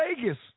Vegas